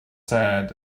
sad